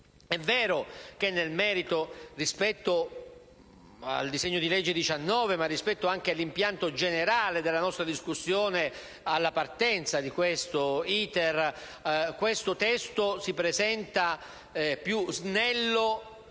È vero che nel merito, rispetto al disegno di legge n. 19 e all'impianto generale della nostra discussione, alla partenza dell'*iter*, questo testo si presenta più snello